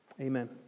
Amen